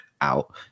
out